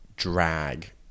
Drag